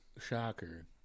Shocker